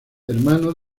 hermano